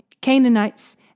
Canaanites